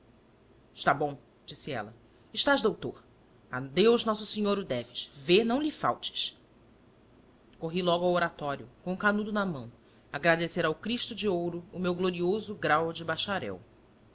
está bom disse ela estás doutor a deus nosso senhor o deves vê não lhe faltes corri logo ao oratório com o canudo na mão agradecer ao cristo de ouro o meu glorioso grau de bacharel